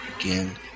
again